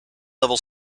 level